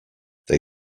they